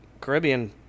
Caribbean